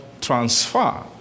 transfer